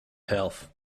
health